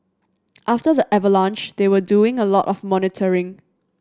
after the avalanche they were doing a lot of monitoring